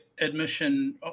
admission